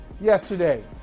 yesterday